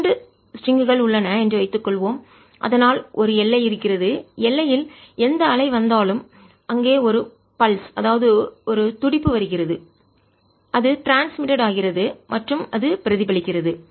இரண்டு ஸ்ட்ரிங்ங்கள் லேசான கயிறு உள்ளன என்று வைத்துக்கொள்வோம் அதனால் ஒரு எல்லை இருக்கிறது எல்லையில் எந்த அலை வந்தாலும் அங்கே ஒரு பல்ஸ் அதாவது ஒரு துடிப்பு வருகிறது அது ட்ரான்ஸ்மிட்டடு பரவுகிறது ஆகிறது மற்றும் அது பிரதிபலிக்கிறது